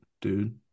dude